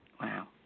wow